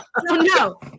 no